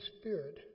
Spirit